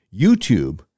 YouTube